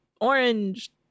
orange